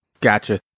Gotcha